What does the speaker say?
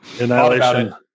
Annihilation